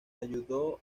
ayudó